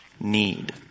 need